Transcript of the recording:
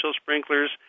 sprinklers